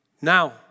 Now